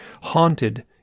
haunted